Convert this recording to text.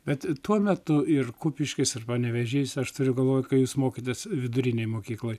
bet tuo metu ir kupiškis ir panevėžys aš turiu galvoj kai jūs mokytis vidurinėj mokykloj